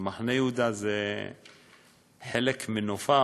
ומחנה-יהודה הוא חלק מנופה